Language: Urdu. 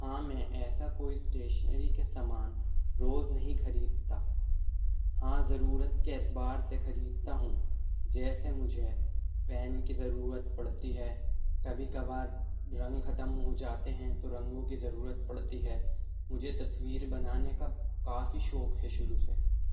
ہاں میں ایسا کوئی اسٹیشنری کے سامان روز نہیں خریدتا ہاں ضرورت کے اعتبار سے خریدتا ہوں جیسے مجھے پین کی ضرورت پڑتی ہے کبھی کبھار رنگ ختم ہو جاتے ہیں تو رنگوں کی ضرورت پڑتی ہے مجھے تصویر بنانے کا کافی شوق ہے شروع سے